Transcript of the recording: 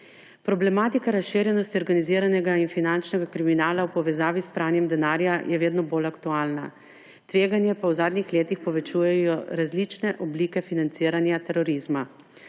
Problematika razširjenosti organiziranega in finančnega kriminala v povezavi s pranjem denarja je vedno bolj aktualna, tveganje pa v zadnjih letih povečujejo različne oblike financiranja terorizma.